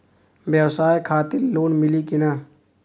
ब्यवसाय खातिर लोन मिली कि ना?